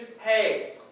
hey